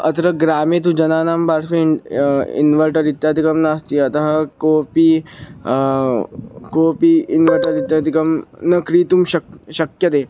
अत्र ग्रामे तु जनानां पार्श्वे इन्वर्टर् इत्यादिकं नास्ति अतः कोऽपि कोऽपि इन्वर्टर् इत्यादिकं न क्रेतुं शक्यते शक्यते